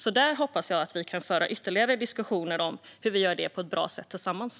Jag hoppas att vi ska kunna föra mer diskussioner om hur vi gör det på ett bra sätt tillsammans.